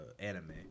anime